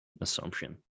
assumption